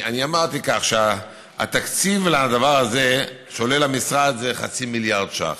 אני אמרתי כך: התקציב לדבר הזה עולה למשרד חצי מיליארד ש"ח.